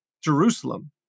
Jerusalem